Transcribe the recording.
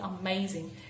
amazing